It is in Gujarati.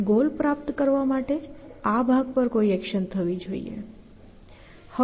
ગોલ પ્રાપ્ત કરવા માટે આ ભાગ પર કોઈ એકશન થવી જોઈએ